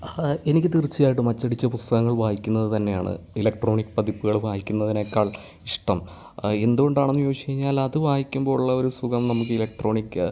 എനിക്ക് തീർച്ചയായിട്ടും അച്ചടിച്ച പുസ്തകങ്ങൾ വായിക്കുന്നത് തന്നെയാണ് ഇലക്ട്രോണിക് പതിപ്പുകൾ വായിക്കുന്നതിനേക്കാൾ ഇഷ്ടം എന്തുകൊണ്ടാണെന്ന് ചോദിച്ചുകഴിഞ്ഞാൽ അത് വായിക്കുമ്പോൾ ഉള്ള ഒരു സുഖം നമുക്ക് ഇലക്ട്രോണിക്